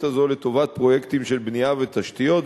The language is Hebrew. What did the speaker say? הזאת לטובת פרויקטים של בנייה ותשתיות,